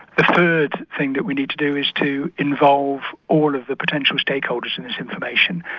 the third thing but we need to do is to involve all of the potential stake holders in this information.